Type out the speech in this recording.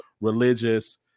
religious